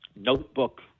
notebook